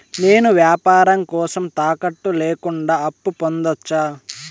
నేను వ్యాపారం కోసం తాకట్టు లేకుండా అప్పు పొందొచ్చా?